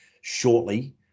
shortly